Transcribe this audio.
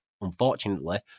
unfortunately